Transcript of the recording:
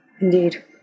Indeed